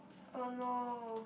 oh no